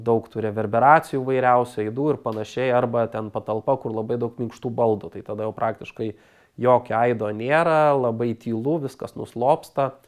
daug tų reverberacijų įvairiausių aidų ir panašiai arba ten patalpa kur labai daug minkštų baldų tai tada jau praktiškai jokio aido nėra labai tylu viskas nuslopsta